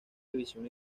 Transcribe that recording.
división